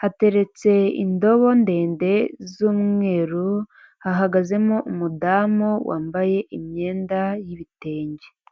hateretse indobo ndende z'umweru hahagazemo umudamu wambaye imyenda y'ibitenge.